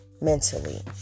mentally